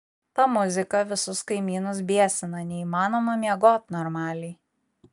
ta muzika visus kaimynus biesina neįmanoma miegot normaliai